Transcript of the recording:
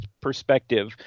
perspective